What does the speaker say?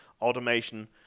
automation